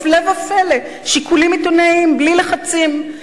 הפלא ופלא, שיקולים עיתונאיים, בלי לחצים.